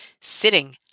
sitting